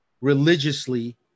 religiously